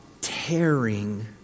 tearing